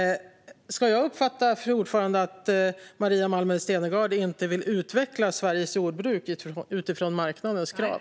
Ska jag, fru talman, uppfatta det som att Maria Malmer Stenergard inte vill utveckla Sveriges jordbruk utifrån marknadens krav?